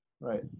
Right